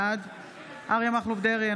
בעד אריה מכלוף דרעי,